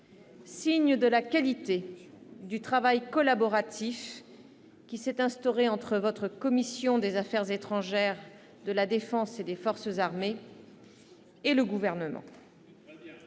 signe de la qualité du travail collaboratif qui s'est instauré entre votre commission des affaires étrangères, de la défense et des forces armées et le Gouvernement.